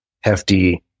hefty